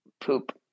poop